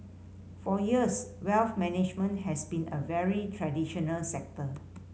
for years wealth management has been a very traditional sector